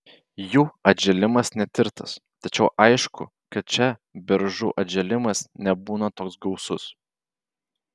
jų atžėlimas netirtas tačiau aišku kad čia beržų atžėlimas nebūna toks gausus